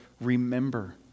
remember